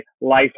life